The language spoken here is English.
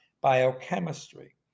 biochemistry